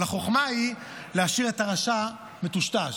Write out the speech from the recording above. אבל החוכמה היא להשאיר את הרשע מטושטש,